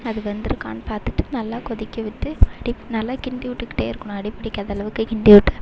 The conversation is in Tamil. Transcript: அது வெந்துருக்கானு பார்த்துட்டு நல்லா கொதிக்கவிட்டு நல்லா கிண்டிவிட்டுகிட்டே இருக்கணும் அடி பிடிக்காதளவுக்கு கிண்டிவிட்டு